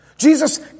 Jesus